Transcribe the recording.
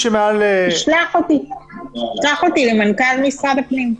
תשלח אותי למנכ"ל משרד הפנים.